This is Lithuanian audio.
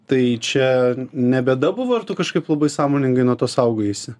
tai čia ne bėda buvo ar tu kažkaip labai sąmoningai nuo to saugojaisi